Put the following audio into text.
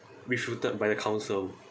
refuted by the council